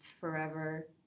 forever